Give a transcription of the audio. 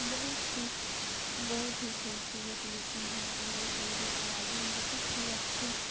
بہت ہی بہت ہی خوبصورت وشے ہیں اردو تعلیم بہت ہی اچھی